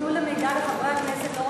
שייתנו מידע גם לחברי הכנסת,